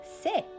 six